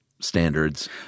standards